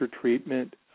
treatment